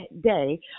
day